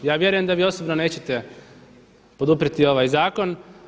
Ja vjerujem da vi osobno nećete poduprijeti ovaj zakon.